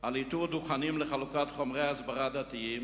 על איתור דוכנים לחלוקת חומרי הסברה דתיים,